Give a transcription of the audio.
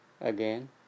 again